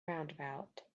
roundabout